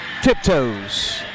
Tiptoes